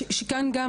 שכאן גם,